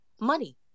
money